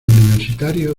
universitario